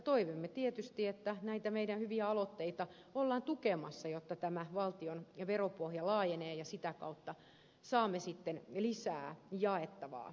toivomme tietysti että näitä meidän hyviä aloitteitamme tuetaan jotta valtion veropohja laajenee ja sitä kautta saamme sitten lisää jaettavaa